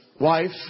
wife